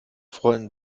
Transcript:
freuten